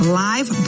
live